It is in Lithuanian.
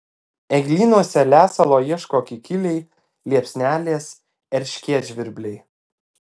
eglynuose lesalo ieško kikiliai liepsnelės erškėtžvirbliai